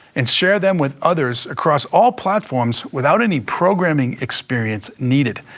and share them with others across all platforms without any programming experience needed.